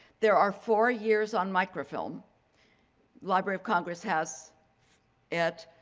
there are four years on microfilm library of congress has it.